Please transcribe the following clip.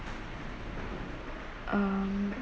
um